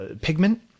pigment